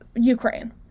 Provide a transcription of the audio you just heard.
Ukraine